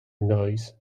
noise